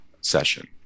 session